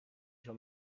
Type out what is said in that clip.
sur